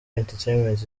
entertainment